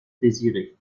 désirer